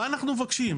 מה אנחנו מבקשים?